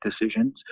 decisions